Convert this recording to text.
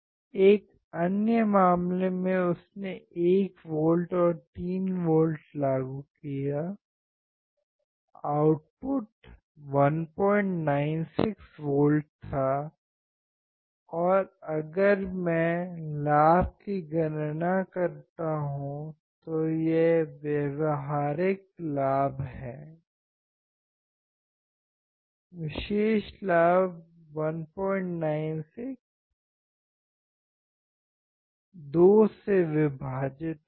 एक अन्य मामले में उसने 1 वोल्ट और 3 वोल्ट लागू किया आउटपुट 196 वोल्ट था और अगर मैं लाभ की गणना करता हूं तो यह व्यावहारिक लाभ है विशेष लाभ 196 2 से विभाजित होगा